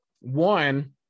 One